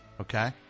Okay